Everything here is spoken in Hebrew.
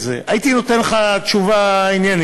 הייתי בודק את זה, הייתי נותן לך תשובה עניינית.